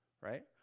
right